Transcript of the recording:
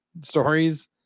stories